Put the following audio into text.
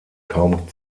kaum